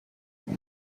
for